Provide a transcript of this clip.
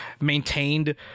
maintained